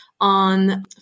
on